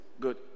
Good